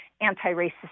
anti-racist